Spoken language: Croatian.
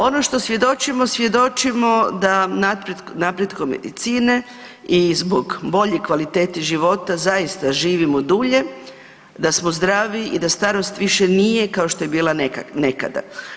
Ono što svjedočimo, svjedočimo da napretkom medicine i zbog bolje kvalitete života zaista živimo dulje, da smo zdravi i da starost više nije kao što je bila nekada.